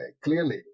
clearly